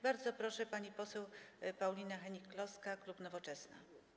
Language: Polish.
Bardzo proszę, pani poseł Paulina Hennig-Kloska, klub Nowoczesna.